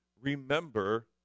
remember